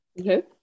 Okay